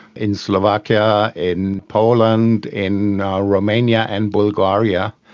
in slovakia, in poland, in romania and bulgaria,